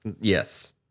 Yes